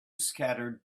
scattered